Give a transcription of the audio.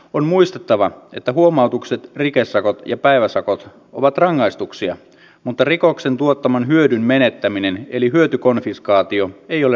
on muistettava että huomautukset rikesakot ja päiväsakot ovat rangaistuksia mutta rikoksen tuottaman hyödyn menettäminen eli hyötykonfiskaatio ei ole rangaistusluonteinen seuraus